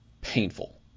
Painful